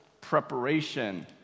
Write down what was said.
preparation